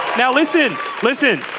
now listen listen.